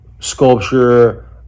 sculpture